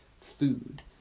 food